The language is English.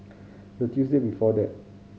the Tuesday before that